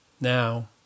Now